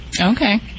Okay